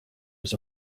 was